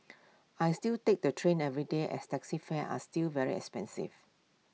I still take the train every day as taxi fares are still very expensive